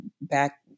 back